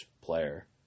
player